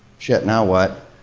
shit, now what?